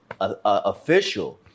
official